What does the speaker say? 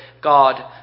God